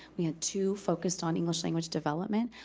we had two focused on english language development.